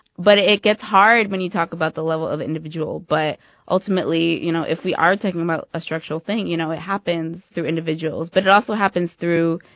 but it it gets hard when you talk about the level of individual. but ultimately, you know, if we are talking about a structural thing, you know, it happens through individuals but it also happens through,